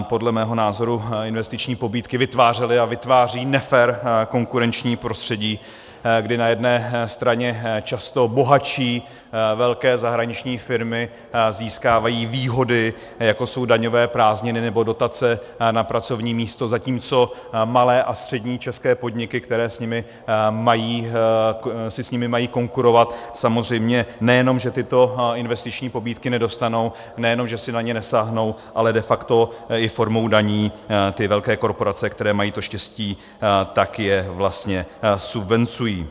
Podle mého názoru investiční pobídky vytvářely a vytvářejí nefér konkurenční prostředí, kdy na jedné straně často bohatší velké zahraniční firmy získávají výhody, jako jsou daňové prázdniny nebo dotace na pracovní místo, zatímco malé a střední české podniky, které si s nimi mají konkurovat, samozřejmě nejenom že tyto investiční pobídky nedostanou, nejenom že si na ně nesáhnou, ale de facto i formou daní ty velké korporace, které mají to štěstí, tak je vlastně subvencují.